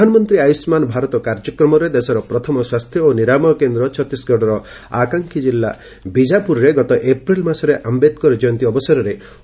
ପ୍ରଧାନମନ୍ତ୍ରୀ ଆୟୁଷ୍କାନ ଭାରତ କାର୍ଯ୍ୟକ୍ରମରେ ଦେଶର ପ୍ରଥମ ସ୍ୱାସ୍ଥ୍ୟ ଓ ନିରାମୟ କେନ୍ଦ୍ର ଛତିଶଗଡ଼ର ଆକାଂକ୍ଷୀ ଜିଲ୍ଲା ବିଜାପୁରରେ ଗତ ଏପ୍ରିଲ୍ ମାସରେ ଆମ୍ଭେଦ୍କର ଜୟନ୍ତୀ ଅବସରରେ ଉଦ୍ଘାଟନ କରିଥିଲେ